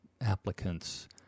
applicants